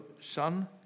son